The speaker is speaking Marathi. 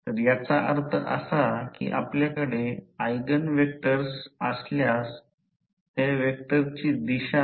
म्हणून कधीकधी पूर्ण भारच्या a 2 म्हणून व्यक्त केले जाते त्याऐवजी नंतर आपण ते पाहू